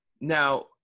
Now